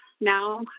now